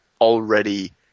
already